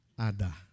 Ada